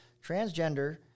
transgender